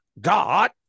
God